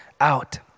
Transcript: out